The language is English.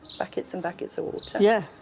buckets and buckets of water. yeah.